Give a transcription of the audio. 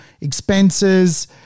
expenses